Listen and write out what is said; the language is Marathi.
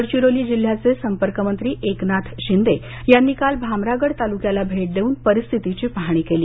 गडचिरोली जिल्ह्याचे संपर्क मंत्री एकनाथ शिंदे यांनी काल भामरागड तालुक्याला भेट देऊन परिस्थितीची पाहणी केली